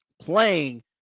playing